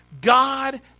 God